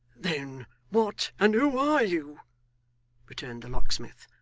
then what and who are you returned the locksmith.